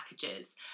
packages